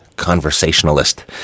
conversationalist